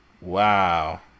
Wow